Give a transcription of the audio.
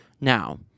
now